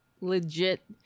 legit